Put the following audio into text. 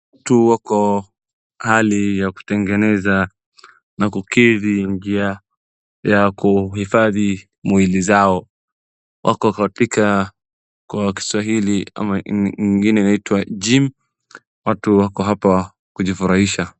Watu wako hali ya kutengeneza na kukidhi njia ya kuhifadhi mwili zao, wako katika kwa kiswahili ama ingine inaitwa gym watu wako hapa kujifuraisha.